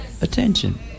attention